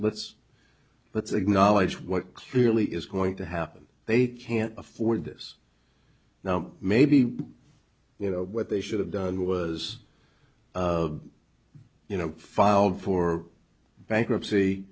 let's let's acknowledge what clearly is going to happen they can't afford this now maybe you know what they should have done was you know filed for bankruptcy